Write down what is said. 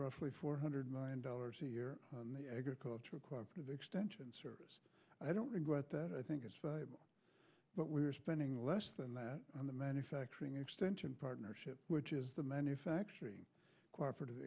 roughly four hundred million dollars a year the agricultural corp of extension service i don't regret that i think it's valuable but we're spending less than that on the manufacturing extension partnership which is the manufacturing cooperative